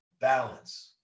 balance